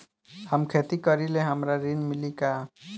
हम खेती करीले हमरा ऋण मिली का?